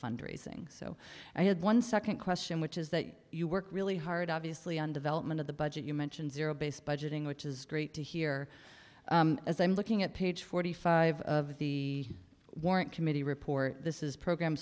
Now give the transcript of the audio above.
fundraising so i had one second question which is that you work really hard obviously on development of the budget you mentioned zero based budgeting which is great to hear as i'm looking at page forty five of the warrant committee report this is program